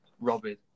Robin